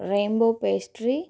rainbow pastry